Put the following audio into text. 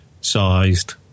sized